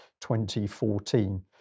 2014